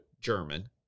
german